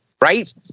Right